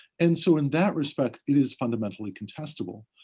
and so, in that respect, it is fundamentally contestable.